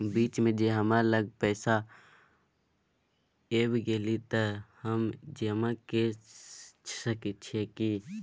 बीच म ज हमरा लग बेसी पैसा ऐब गेले त हम जमा के सके छिए की?